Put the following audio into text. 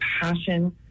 passion